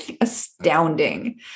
astounding